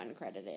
uncredited